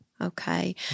Okay